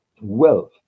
wealth